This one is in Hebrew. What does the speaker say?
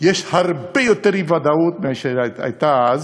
יש בו הרבה יותר אי-ודאות מאשר הייתה אז,